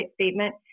statement